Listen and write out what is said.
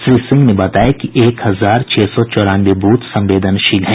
श्री सिंह ने बताया कि एक हजार छह सौ चौरानवे ब्रथ संवेदनशील हैं